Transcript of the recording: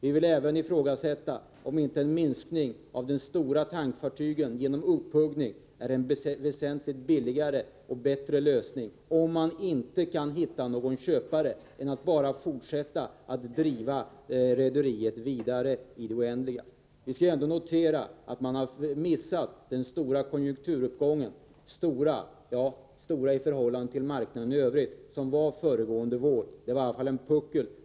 Vi vill även ifrågasätta om inte en minskning av antalet stora tankfartyg genom upphuggning är en väsentligt billigare och bättre lösning, om man inte kan hitta någon köpare, än att bara fortsätta att driva rederiet i all oändlighet. Noteras bör att man har missat den ”stora” konjunkturuppgången — i förhållande till marknaden i övrigt — som fanns föregående vår. Det var i alla fall en puckel.